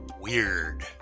Weird